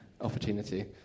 opportunity